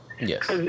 yes